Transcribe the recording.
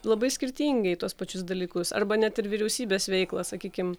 labai skirtingai tuos pačius dalykus arba net ir vyriausybės veiklą sakykim